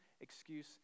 excuse